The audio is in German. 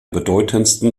bedeutendsten